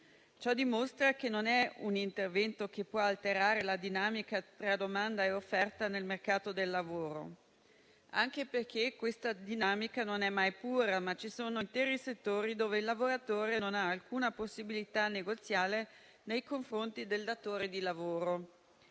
Ciò dimostra che non è un intervento che può alterare la dinamica tra domanda e offerta nel mercato del lavoro, anche perché tale dinamica non è mai pura, ma ci sono interi settori in cui il lavoratore non ha alcuna possibilità negoziale nei confronti del datore di lavoro.